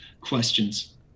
questions